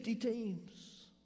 teams